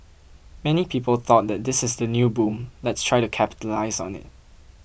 many people thought that this is the new boom let's try to capitalise on it